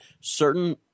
Certain